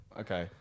Okay